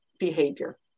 Behavior